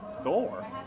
Thor